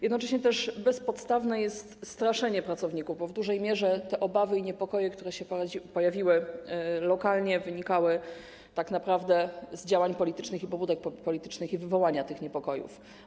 Jednocześnie też bezpodstawne jest straszenie pracowników, bo w dużej mierze te obawy i niepokoje, które się pojawiły lokalnie, wynikały tak naprawdę z działań politycznych i pobudek politycznych, jeżeli chodzi o wywołanie tych niepokojów.